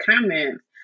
comments